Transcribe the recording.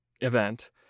event